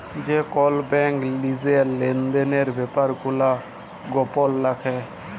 যে কল ব্যাংক লিজের লেলদেলের ব্যাপার গুলা গপল রাখে